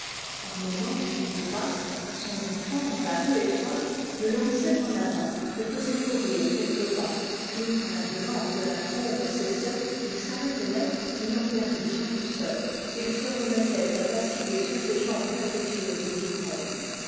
par moments une bourrasque s'engouffrant dans la rue étroite le lançait en avant le faisait courir quelques pas puis quand la violence de la trombe cessait il s'arrêtait net ayant perdu son pousseur et il se remettait à vaciller sur ses jambes capricieuses d'ivrogne